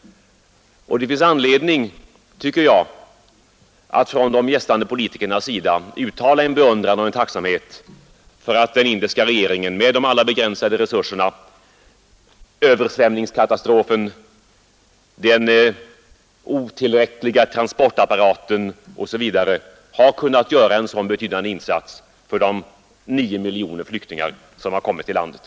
Det finns anledning, tycker jag, att från de gästande politikernas sida uttala en beundran och en tacksamhet för att den indiska regeringen trots de begränsade resurserna, översvämningskatastrofen, den otillräckliga transportapparaten osv. har kunnat göra en så betydande insats för de omkring nio miljoner flyktingar som har kommit till landet.